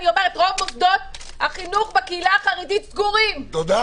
אני אומרת שרוב מוסדות החינוך בקהילה החרדית סגורים -- תודה.